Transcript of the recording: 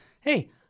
hey